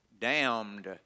damned